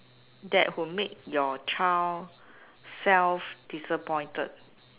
that will make your child self disappointed